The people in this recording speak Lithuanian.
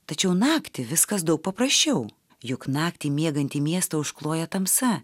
tačiau naktį viskas daug paprasčiau juk naktį miegantį miestą užkloja tamsa